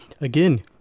Again